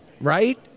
right